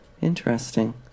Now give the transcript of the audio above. interesting